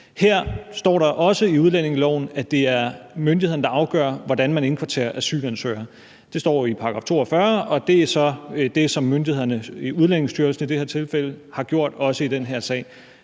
Her står der også i udlændingeloven, at det er myndighederne, der afgør, hvordan man indkvarterer asylansøgere. Det står i § 42, og det er så det, som myndighederne – Udlændingestyrelsen i det her tilfælde – har gjort også i den her sag.